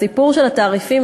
הסיפור של התעריפים,